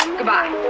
Goodbye